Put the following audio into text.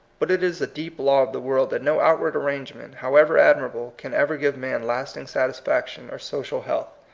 but it is a deep law of the world that no outward arrangement, how ever admirable, can ever give man lasting satisfaction or social health.